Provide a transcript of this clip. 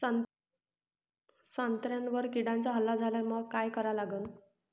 संत्र्यावर किड्यांचा हल्ला झाल्यावर मंग काय करा लागन?